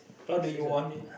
how do you want it